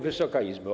Wysoka Izbo!